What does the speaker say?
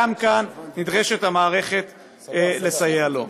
גם כאן נדרשת המערכת לסייע לו.